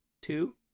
two